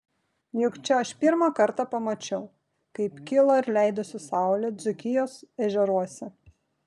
juk čia aš pirmą kartą pamačiau kaip kilo ir leidosi saulė dzūkijos ežeruose